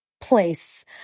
place